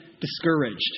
discouraged